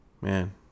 man